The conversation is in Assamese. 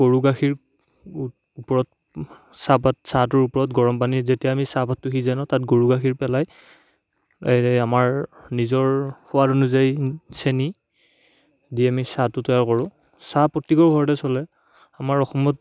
গৰু গাখীৰ ওপৰত চাহপাত চাহটোৰ ওপৰত গৰম পানী যেতিয়া আমি চাহপাতটো সিজে ন তাত গৰু গাখীৰ পেলাই এই আমাৰ নিজৰ সোৱাদ অনুযায়ী চেনি দি আমি চাহটো তৈয়াৰ কৰোঁ চাহ প্ৰত্যেকৰ ঘৰত চলে আমাৰ অসমত